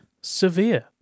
severe